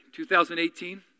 2018